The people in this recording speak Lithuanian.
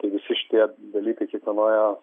tai visu šitie dalykai kiekvienoje